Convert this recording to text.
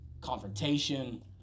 Confrontation